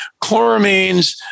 chloramines